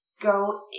go